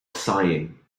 sighing